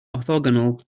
orthogonal